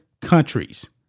countries